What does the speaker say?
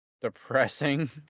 depressing